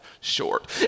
short